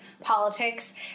politics